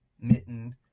Mitten